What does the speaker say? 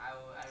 I'll